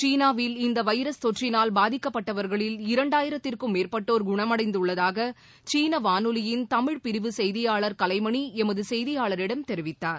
சீனாவில் இந்த வைரஸ் தொற்றினால் பாதிக்கபட்டவர்களில் இரண்டாயிரத்திற்கும் மேற்பட்டோர் குணமடைந்துள்ளதாக சீன வானொலியின் தமிழ் பிரிவு செய்தியாளர் கலைமணி எமது செய்தியாளரிடம் தெரிவித்தார்